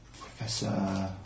Professor